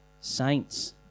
saints